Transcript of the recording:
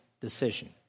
decision